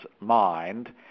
mind